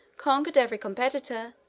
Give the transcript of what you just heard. conquered every competitor,